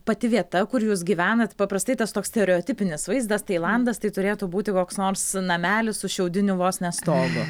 pati vieta kur jūs gyvenat paprastai tas toks stereotipinis vaizdas tailandas tai turėtų būti koks nors namelis su šiaudiniu vos ne stogu